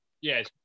Yes